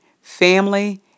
family